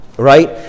right